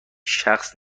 شخص